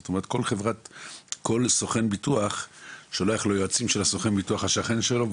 זאת אומרת כל סוכן ביטוח שולח ליועצים של הסוכן ביטוח השכן שלו,